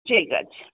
ঠিক আছে